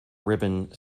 ribbon